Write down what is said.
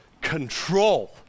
control